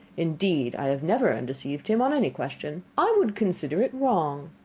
indeed i have never undeceived him on any question. i would consider it wrong.